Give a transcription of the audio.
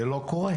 זה לא קורה.